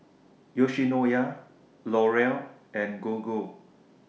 Yoshinoya L'Oreal and Gogo